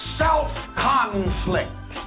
self-conflict